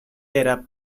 era